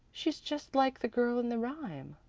she's just like the girl in the rhyme,